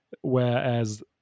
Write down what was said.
whereas